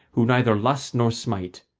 who neither lust nor smite,